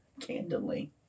candidly